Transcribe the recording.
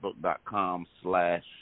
Facebook.com/slash